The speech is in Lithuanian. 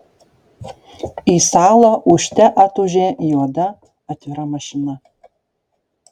į salą ūžte atūžė juoda atvira mašina